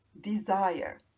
Desire